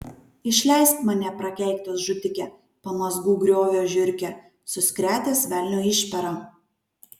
išleisk mane prakeiktas žudike pamazgų griovio žiurke suskretęs velnio išpera